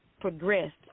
progressed